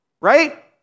right